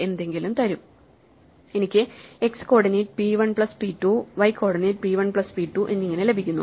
എന്തെങ്കിലും തരും എനിക്ക് x coordinate p 1 plus p 2 y coordinate p 1 plus p 2 എന്നിങ്ങനെ ലഭിക്കുന്നു